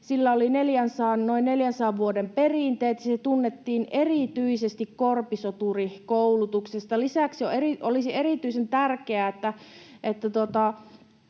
Sillä oli noin neljänsadan vuoden perinteet, se tunnettiin erityisesti korpisoturikoulutuksesta. Lisäksi olisi erityisen tärkeää,